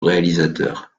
réalisateur